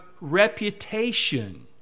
reputation